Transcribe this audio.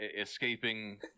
escaping